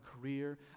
career